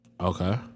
Okay